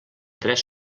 tres